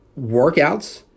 workouts